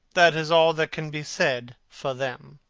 that is all that can be said for them.